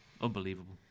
Unbelievable